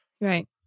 Right